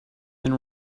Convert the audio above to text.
and